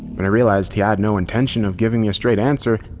when i realized he had no intention of giving me a straight answer,